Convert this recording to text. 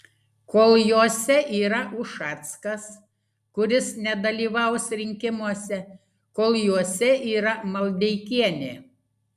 kol jose yra ušackas kuris nedalyvaus rinkimuose kol juose yra maldeikienė